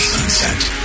Sunset